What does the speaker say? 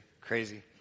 crazy